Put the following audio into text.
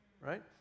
right